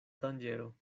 danĝero